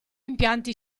impianti